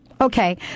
Okay